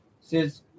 says